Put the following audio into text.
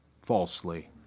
falsely